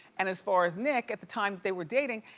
and as far as nick, at the time that they were dating,